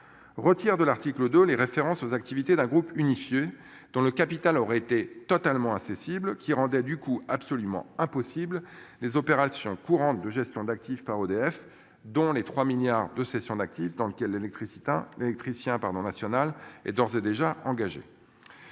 Retire de l'article de les références aux activités d'un groupe unifié dans le capital aurait été totalement accessibles qui rendait du coup absolument impossible. Les opérations courantes de gestion d'actifs par EDF, dont les 3 milliards de cession d'actifs dans lequel l'électricité, l'électricien pardon national est d'ores et déjà engagés.